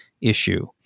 issue